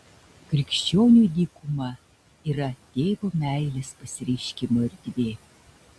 krikščioniui dykuma yra tėvo meilės pasireiškimo erdvė